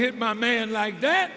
hit my man like that